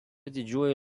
didžioji